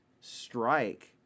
strike